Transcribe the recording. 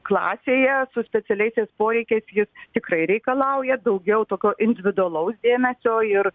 klasėje su specialiaisiais poreikiais jis tikrai reikalauja daugiau tokio individualaus dėmesio ir